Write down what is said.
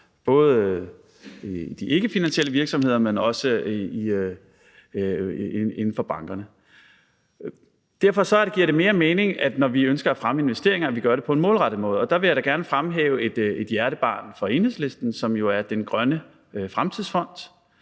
både i de ikkefinansielle virksomheder, men også inden for bankerne. Derfor giver det mere mening, når vi ønsker at fremme investeringer, at vi gør det på en målrettet måde. Og der vil jeg da gerne fremhæve et hjertebarn for Enhedslisten, som jo er Danmarks Grønne Fremtidsfond,